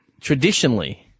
traditionally